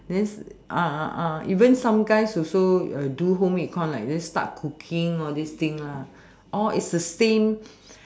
this even some guys also do home econ like just start cooking all this thing lah all it's the same